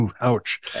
Ouch